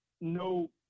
no